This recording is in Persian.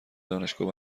دانشگاه